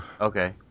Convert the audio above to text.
Okay